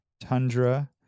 Tundra